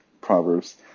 Proverbs